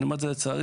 לצערי,